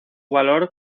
valor